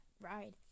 ride